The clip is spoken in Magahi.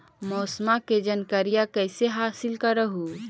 मौसमा के जनकरिया कैसे हासिल कर हू?